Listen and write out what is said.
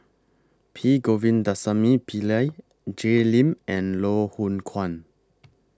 P Govindasamy Pillai Jay Lim and Loh Hoong Kwan